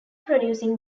producing